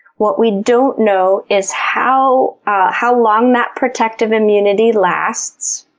what we don't know is how how long that protective immunity lasts.